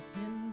Sin